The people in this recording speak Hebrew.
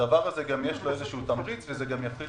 לדבר הזה יש גם איזשהו תמריץ וזה יפחית